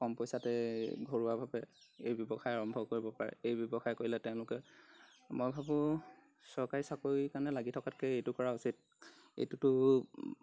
কম পইচাতে ঘৰুৱাভাৱে এই ব্যৱসায় আৰম্ভ কৰিব পাৰে এই ব্যৱসায় কৰিলে তেওঁলোকে মই ভাবোঁ চৰকাৰী চাকৰিৰ কাৰণে লাগি থকাতকৈ এইটো কৰা উচিত এইটোতো